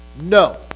No